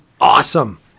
awesome